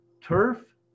Turf